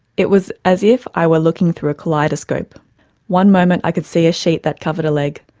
it was as if i were looking through a kaleidoscope one moment i could see a sheet that covered a leg,